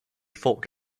folk